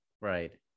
right